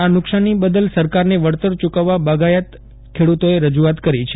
આ નુકસાની બદલ સરકારને વળતર ચૂકવવા બાગાયત ખેડૂતોએ રજૂઆત કરી છે